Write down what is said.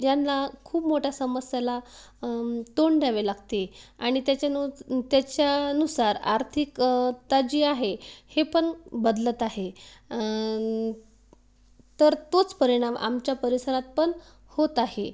ज्यांना खूप मोठ्या समस्याला तोंड द्यावे लागते आणि त्याच्यानु त्याच्यानुसार आर्थिक ता जी आहे ही पण बदलत आहे तर तोच परिणाम आमच्या परिसरात पण होत आहे